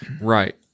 right